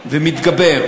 ומתגבר,